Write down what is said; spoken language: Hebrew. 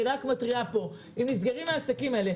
אני רק מתריעה פה: אם נסגרים העסקים האלה,